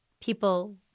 people